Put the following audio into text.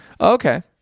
Okay